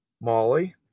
Molly